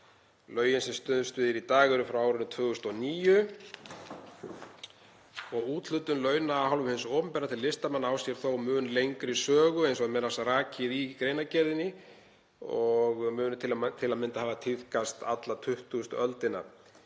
Lögin sem stuðst er við í dag eru frá árinu 2009 en úthlutun launa af hálfu hins opinbera til listamanna á sér þó mun lengri sögu, eins og er m.a. rakið í greinargerðinni, og mun til að mynda hafa tíðkast alla 20. öldina.